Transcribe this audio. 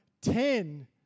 ten